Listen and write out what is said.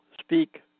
speak